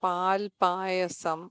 പാൽപ്പായസം